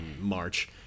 March